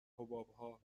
حبابها